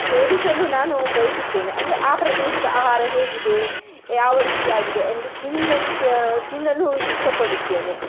ಸೇವಿಸಲು ನಾನು ಬಯಸುತ್ತೇನೆ ಅಂದರೆ ಆ ಪ್ರದೇಶದ ಆಹಾರ ಹೇಗಿದೆ ಯಾವ ರೀತಿಯಾಗಿದೆ ಎಂದು ತಿನ್ನಲು ತ ತಿನ್ನಲು ಇಷ್ಟಪಡುತ್ತೇನೆ